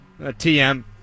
TM